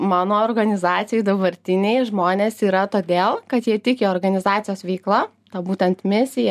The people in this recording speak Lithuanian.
mano organizacijoj dabartiniai žmonės yra todėl kad jie tiki organizacijos veikla ta būtent misija